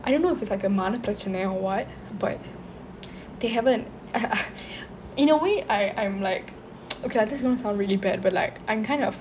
I don't know if it's like a மான பிரச்சனை:maana prachanai or what but they haven't in a way I I'm like okay this is going to sound really bad but like I'm kind of